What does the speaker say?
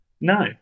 No